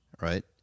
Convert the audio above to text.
right